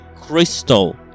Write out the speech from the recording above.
crystal